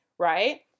right